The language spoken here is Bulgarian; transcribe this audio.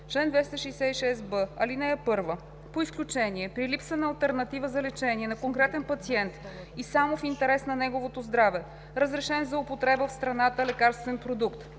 „Чл. 266б. (1) По изключение, при липса на алтернатива за лечение на конкретен пациент и само в интерес на неговото здраве, разрешен за употреба в страната лекарствен продукт